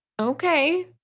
Okay